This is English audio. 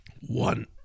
one